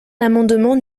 l’amendement